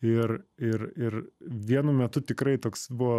ir ir ir vienu metu tikrai toks buvo